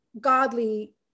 godly